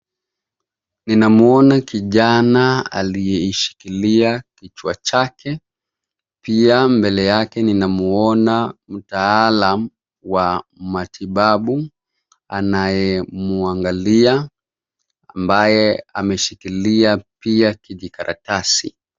Ninamwona kijana aliyeishikilia kichwa chake. Pia mbele yake ninamwona mtaalam wa matibabu anayemuangalia ambaye ameshikilia pia kijikaratasi.